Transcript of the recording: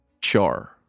Char